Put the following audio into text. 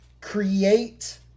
create